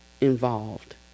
involved